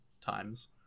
times